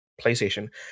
PlayStation